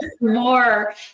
more